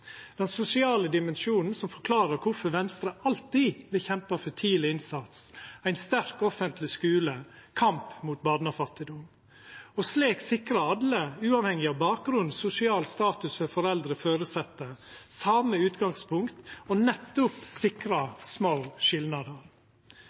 den sosiale dimensjonen som forklarar kvifor Venstre alltid vil kjempa for tidleg innsats, ein sterk offentleg skule og mot barnefattigdom, for slik å sikra alle, uavhengig av bakgrunn og den sosiale statusen til foreldre og føresette, same utgangspunkt og nettopp